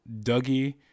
Dougie